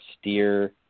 Steer